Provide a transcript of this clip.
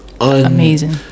amazing